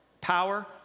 power